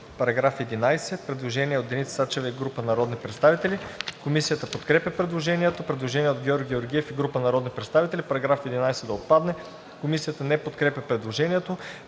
По § 11 има предложение на Деница Сачева и група народни представители. Комисията подкрепя предложението. Предложение на Георги Георгиев и група народни представители: „Параграф 11 да отпадне.“ Комисията не подкрепя предложението.